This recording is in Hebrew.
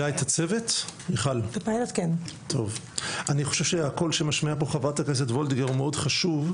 אני חושב שהקול שמשמיעה פה חברת הכנסת וולדיגר הוא מאוד חשוב,